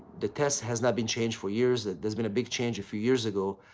the test has not been changed for years that there's been a big change a few years ago.